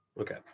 Okay